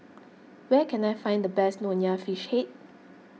where can I find the best Nonya Fish Head